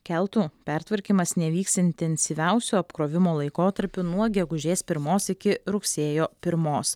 keltų pertvarkymas nevyks intensyviausio apkrovimo laikotarpiu nuo gegužės pirmos iki rugsėjo pirmos